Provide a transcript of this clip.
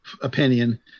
opinion